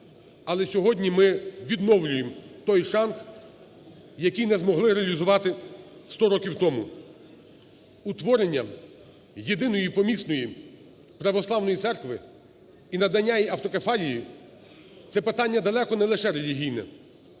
Але сьогодні ми відновлюємо той шанс, який не змогли реалізувати 100 років тому утворенням Єдиної Помісної Православної Церкви і надання їй автокефалії. Це питання далеко не лише релігійне,